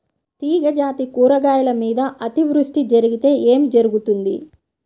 తీగజాతి కూరగాయల మీద అతివృష్టి జరిగితే ఏమి జరుగుతుంది?